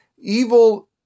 Evil